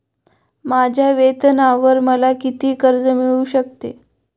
माझ्या वेतनावर मला किती कर्ज मिळू शकते?